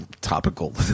topical